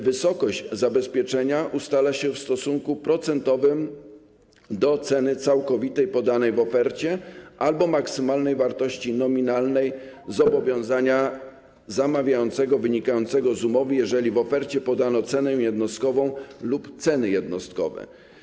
Wysokość zabezpieczenia ustala się w stosunku procentowym do ceny całkowitej podanej w ofercie albo maksymalnej wartości nominalnej zobowiązania zamawiającego wynikającego z umowy, jeżeli w ofercie podano cenę jednostkową lub ceny jednostkowe.